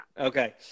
Okay